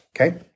okay